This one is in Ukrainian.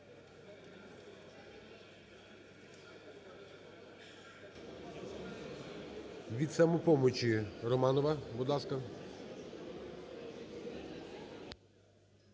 Від "Самопомочі" Романова, будь ласка.